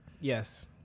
Yes